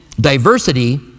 diversity